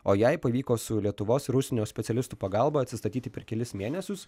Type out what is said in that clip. o jai pavyko su lietuvos ir užsienio specialistų pagalba atsistatyti per kelis mėnesius